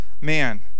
man